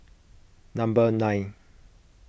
number nine